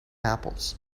apples